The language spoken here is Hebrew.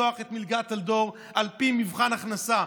לפתוח את מלגת טלדור על פי מבחן הכנסה,